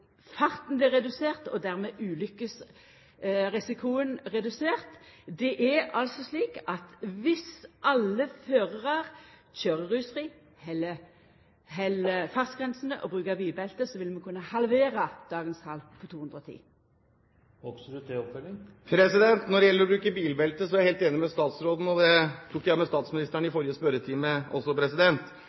farten blir redusert, blir ulykkesrisikoen redusert? Det er altså slik at viss alle førarar køyrer rusfritt, held fartsgrensene og brukar bilbelte, vil vi kunna halvera dagens tal på 210 personar. Når det gjelder å bruke bilbelte, er jeg helt enig med statsråden, og det tok jeg med statsministeren i forrige spørretime.